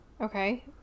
Okay